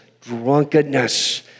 Drunkenness